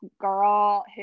girl